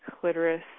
clitoris